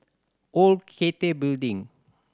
Old Cathay Building